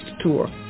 tour